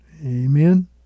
Amen